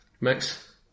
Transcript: Max